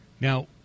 Now